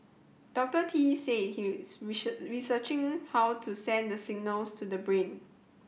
Doctor Tee said he is researching how to send the signals to the brain